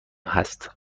هست